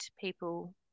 people